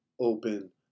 open